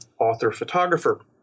author-photographer